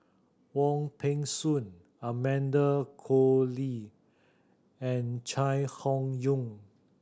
Wong Peng Soon Amanda Koe Lee and Chai Hon Yoong